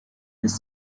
has